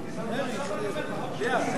אבל לפחות אני אומר שהוא ניסה.